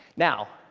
now,